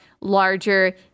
larger